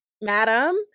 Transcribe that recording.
madam